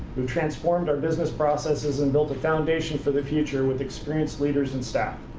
we've transformed our business processes and built a foundation for the future with experienced leaders and staff.